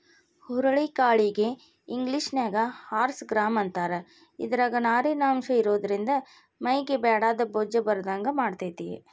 ಹುರುಳಿ ಕಾಳಿಗೆ ಇಂಗ್ಲೇಷನ್ಯಾಗ ಹಾರ್ಸ್ ಗ್ರಾಂ ಅಂತಾರ, ಇದ್ರಾಗ ನಾರಿನಂಶ ಇರೋದ್ರಿಂದ ಮೈಗೆ ಬ್ಯಾಡಾದ ಬೊಜ್ಜ ಬರದಂಗ ಮಾಡ್ತೆತಿ